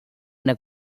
una